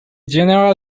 general